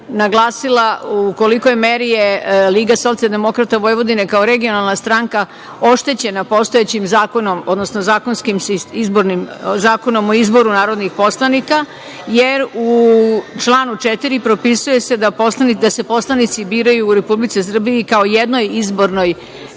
naglasila u kolikoj meri je Liga socijaldemokrata Vojvodine, kao regionalna stranka, oštećena postojećim zakonom odnosno Zakonom o izboru narodnih poslanika, jer u članu 4. propisuje se da se poslanici biraju u Republici Srbiji kao jednoj izbornoj